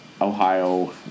Ohio